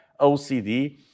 OCD